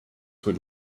would